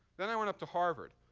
then i went up to harvard.